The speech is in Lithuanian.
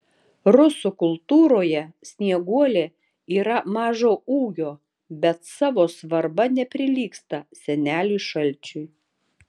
rusų kultūroje snieguolė yra mažo ūgio bet savo svarba neprilygsta seneliui šalčiui